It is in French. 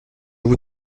vous